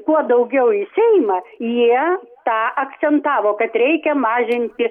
kuo daugiau į seimą jie tą akcentavo kad reikia mažinti